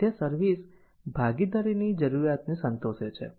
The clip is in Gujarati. તેથી આ સર્વિસ ભાગીદારીની જરૂરિયાતને સંતોષે છે